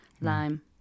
Lime